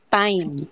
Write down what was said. time